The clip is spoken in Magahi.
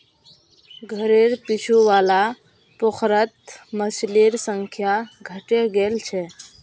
घरेर पीछू वाला पोखरत मछलिर संख्या घटे गेल छ